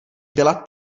byla